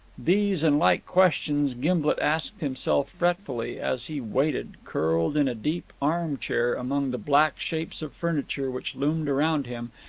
these and like questions gimblet asked himself fretfully, as he waited, curled in a deep arm-chair among the black shapes of furniture which loomed around him,